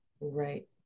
right